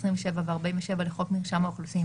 27 ו-47 לחוק מרשם האוכלוסין,